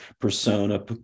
persona